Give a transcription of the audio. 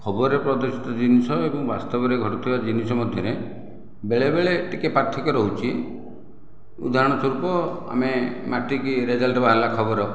ଖବରରେ ପ୍ରଦର୍ଶିତ ଜିନିଷ ଏବଂ ବାସ୍ତବରେ ଘଟୁଥିବା ଜିନିଷ ମଧ୍ୟରେ ବେଳେବେଳେ ଟିକିଏ ପାର୍ଥକ୍ୟ ରହୁଛି ଉଦାହରଣ ସ୍ୱରୂପ ଆମେ ମାଟ୍ରିକ୍ ରେଜଲ୍ଟ ବାହାରିଲା ଖବର